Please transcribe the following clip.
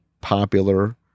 popular